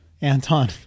Anton